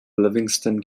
livingston